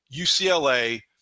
UCLA